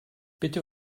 bitte